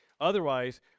Otherwise